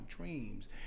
dreams